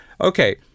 okay